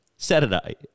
Saturday